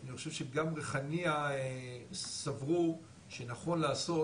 שאני חושב שגם ריחאניה סברו שנכון לעשות.